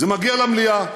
זה מגיע למליאה.